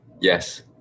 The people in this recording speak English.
Yes